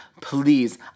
Please